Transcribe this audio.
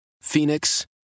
Phoenix